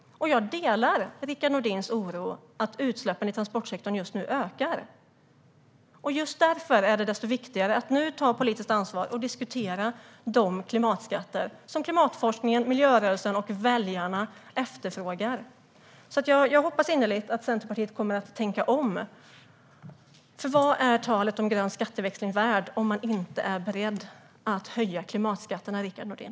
Jag delar Rickard Nordins oro när det gäller att utsläppen i transportsektorn just nu ökar. Just därför är det desto viktigare att ta politiskt ansvar och diskutera de klimatskatter som klimatforskningen, miljörörelsen och väljarna efterfrågar. Jag hoppas innerligt att Centerpartiet kommer att tänka om. För vad är talet om grön skatteväxling värt om man inte är beredd att höja klimatskatterna, Rickard Nordin?